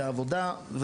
זה בעבודה.